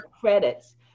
credits